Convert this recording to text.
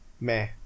meh